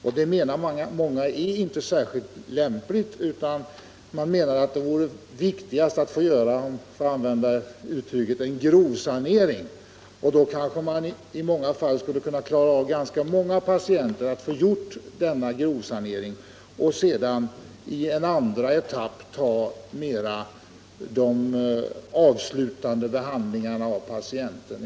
Det är, anser många, inte särskilt lämpligt, utan det vore bättre att få göra en ”grovsanering” och kanske klara av ganska många patienter för att sedan göra den avslutande behandlingen i en andra etapp.